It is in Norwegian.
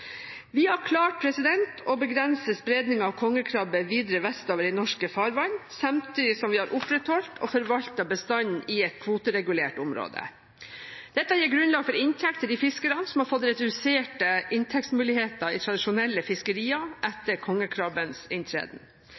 Vi har klart å begrense spredningen av kongekrabbe videre vestover i norske farvann, samtidig som vi har opprettholdt og forvaltet bestanden i et kvoteregulert område. Dette gir grunnlag for inntekt til de fiskere som har fått reduserte inntektsmuligheter i tradisjonelle fiskerier etter kongekrabbens inntreden.